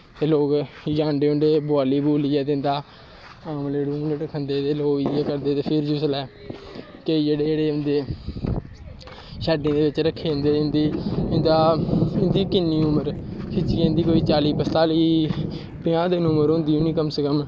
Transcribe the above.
ते लोग इ'यै अंडे उंडे बोआली बूलियै इं'दा आमलेट खंदे ते जिसलै केईं जेह्ड़े होंदे शैड्ड दे बिच्च रक्खे जंदे उं'दी किन्नी उमर खिच्चियै चाली पंजताली पजांह् दिन उमर होंदी होनी कम से कम